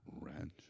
Ranch